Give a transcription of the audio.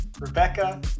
Rebecca